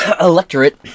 electorate